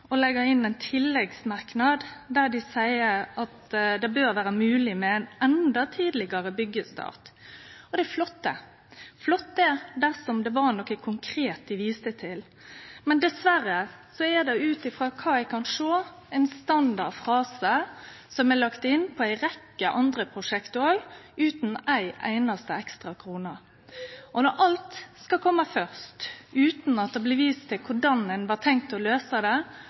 å leggje inn ein tilleggsmerknad der dei seier at det bør vere mogleg med ein endå tidlegare byggjestart. Det hadde vore flott dersom det var noko konkret dei viste til, men dessverre er det, ut frå kva eg kan sjå, ein standardfrase som er lagd inn i ei rekkje andre prosjekt òg, utan ei einaste ekstra krone. Og når alt skal kome først, utan at det blir vist til korleis ein har tenkt å løyse det,